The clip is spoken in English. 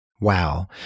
Wow